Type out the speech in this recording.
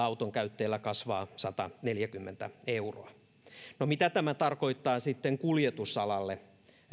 autonkäyttäjillä kustannukset kasvavat sataneljäkymmentä euroa no mitä tämä tarkoittaa sitten kuljetusalalle